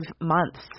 months